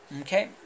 Okay